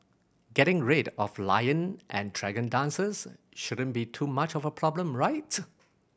getting rid of lion and dragon dances shouldn't be too much of a problem right